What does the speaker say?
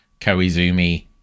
Koizumi